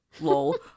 Lol